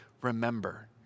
remember